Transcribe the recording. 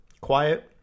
quiet